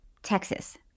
Texas